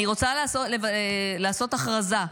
אני רוצה לעשות הכרזה: